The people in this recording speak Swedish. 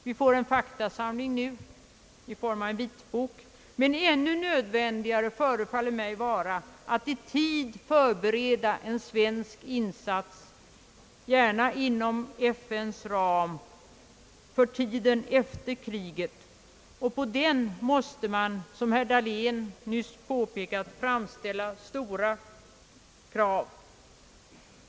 Vi får en faktasamling nu i form äv en vitbok, men ännu nödvändigare förefaller det mig vara att i tid förbereda en svensk insats, gärna inom FN:s ram för tiden efter kriget. På den måste man, som herr Dahlén nyss påpekat, ställa stora krav.